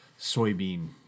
soybean